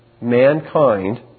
mankind